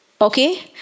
Okay